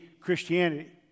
Christianity